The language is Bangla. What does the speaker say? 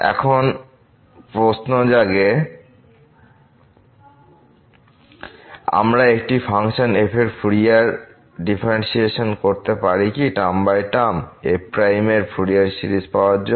এখন প্রশ্ন এখানে জাগে আমরা একটি ফাংশন f এর ফুরিয়ার ডিফারেন্শিয়েট করতে পারি কি টার্ম বাই টার্ম f এর ফুরিয়ার সিরিজ পাওয়ার জন্য